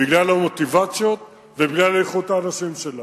בגלל המוטיבציות ובגלל איכות האנשים שלנו,